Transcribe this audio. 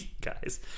Guys